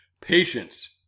Patience